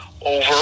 over